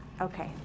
Okay